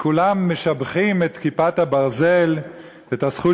כולם משבחים את "כיפת ברזל" ואת הזכות